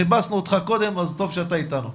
חיפשנו אותך קודם, אז טוב שאתה איתנו.